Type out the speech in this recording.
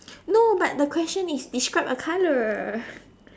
no but the question is describe a color